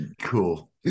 Cool